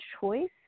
choice